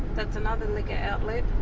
that's another liquor outlet,